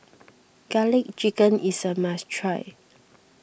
Garlic Chicken is a must try